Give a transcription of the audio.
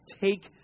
take